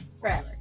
Forever